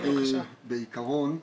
בעקרון,